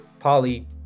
Polly